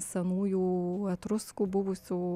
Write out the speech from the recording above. senųjų etruskų buvusių